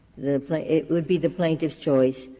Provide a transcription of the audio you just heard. it would be the plaintiff's choice,